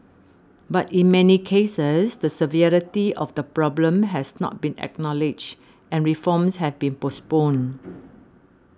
but in many cases the severity of the problem has not been acknowledged and reforms have been postponed